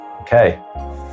okay